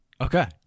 Okay